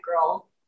girl